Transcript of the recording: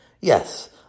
Yes